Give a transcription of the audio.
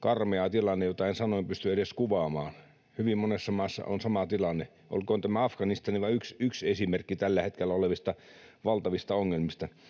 karmea tilanne, jota en sanoin pysty edes kuvaamaan. Hyvin monessa maassa on sama tilanne, olkoon tämä Afganistan vain yksi esimerkki tällä hetkellä olevista valtavista ongelmista.